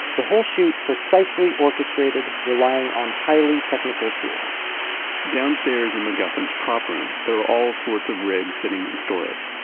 the whole shoot, precisely orchestrated, relying on highly technical tools downstairs in macguffin's prop room, there are all sorts of rigs sitting in storage,